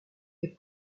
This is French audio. est